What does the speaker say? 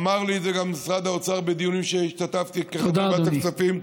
אמר לי את זה גם משרד האוצר בדיונים שהשתתפתי בהם כחבר בוועדת הכספים.